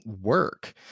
work